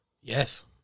Yes